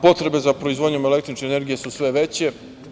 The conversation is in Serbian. Potrebe za proizvodnjom električne energije su sve veće.